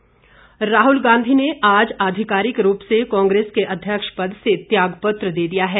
गांधी इस्तीफा राहल गांधी ने आज आधिकारिक रूप से कांग्रेस के अध्यक्ष पद से त्याग पत्र दे दिया है